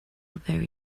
very